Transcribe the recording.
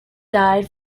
died